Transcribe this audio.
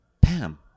Pam